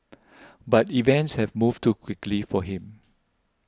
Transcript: but events have moved too quickly for him